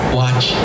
watch